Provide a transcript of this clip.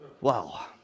Wow